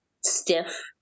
stiff